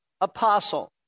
apostle